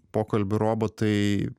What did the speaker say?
pokalbių robotai